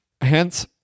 Hence